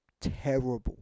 terrible